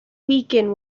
weaken